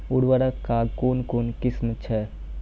उर्वरक कऽ कून कून किस्म छै?